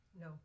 no